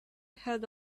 had